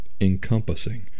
encompassing